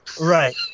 right